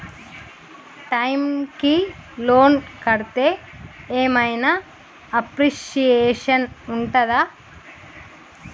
Time కి loan కడ్తే ఏం ఐనా అప్రిషియేషన్ ఉంటదా?